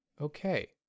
Okay